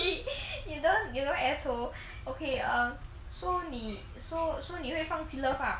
you don't you don't asshole so 你 so 你会放弃 love lah